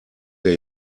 wir